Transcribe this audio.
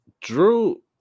Drew